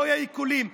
לא יהיו עיקולים.